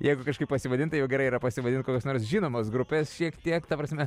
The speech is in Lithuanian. jeigu kažkaip pasivadint tai jau gerai yra pasivadint kokios nors žinomos grupes šiek tiek ta prasme